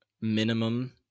minimum